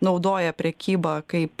naudoja prekybą kaip